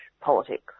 politics